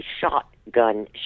shotgun